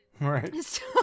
Right